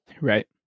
Right